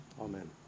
Amen